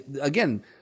again